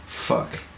Fuck